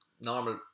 normal